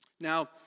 Now